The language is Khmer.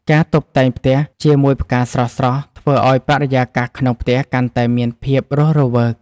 ការតុបតែងផ្ទះជាមួយផ្កាស្រស់ៗ ធ្វើឱ្យបរិយាកាសក្នុងផ្ទះកាន់តែមានភាពរស់រវើក។